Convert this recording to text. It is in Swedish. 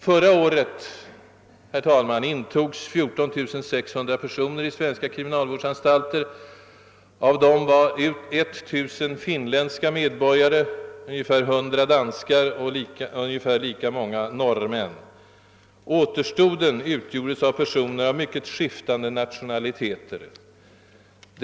Förra året intogs 14600 personer i svenska kriminalvårdsanstalter. Av dem var 1000 finska medborgare, ungefär 100 danska och lika många norska medborgare. Återstoden utgjordes av personer med mycket skiftande nationaliteter.